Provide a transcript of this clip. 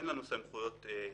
אין לנו סמכויות חקירה,